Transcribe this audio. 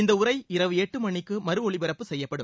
இந்த உரை இரவு எட்டு மணிக்கு மறு ஒலிபரப்பு செய்யப்படும்